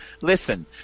listen